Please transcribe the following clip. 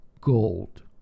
gold